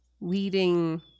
leading